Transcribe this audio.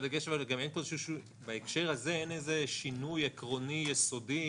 הדגש הוא שבהקשר הזה אין שינוי עקרוני יסודי.